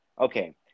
Okay